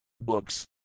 Books